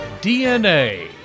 DNA